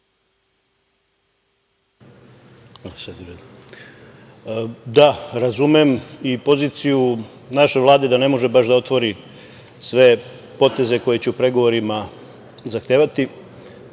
Razumem i poziciju naše Vlade, da ne može da otvori baš sve poteze koje će u pregovorima zahtevati.